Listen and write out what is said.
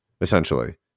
essentially